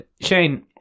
Shane